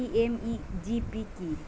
PMEGP কি?